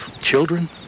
Children